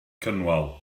cynwal